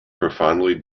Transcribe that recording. profoundly